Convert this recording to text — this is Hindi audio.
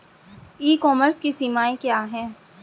ई कॉमर्स की सीमाएं क्या हैं?